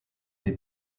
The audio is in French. les